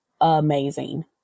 amazing